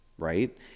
right